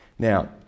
Now